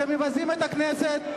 אתם מבזים את הכנסת,